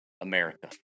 America